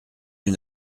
une